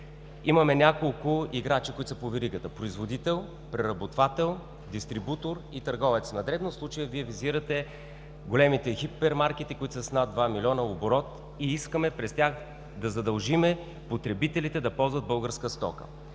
Имаме няколко играчи, които са по веригата – производител, преработвател, дистрибутор и търговец на дребно. В случая Вие визирате големите хипермаркети, които са с над два милиона оборот и искаме през тях да задължим потребителите да ползват българска стока.